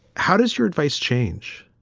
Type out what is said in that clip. how does your advice change?